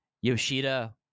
Yoshida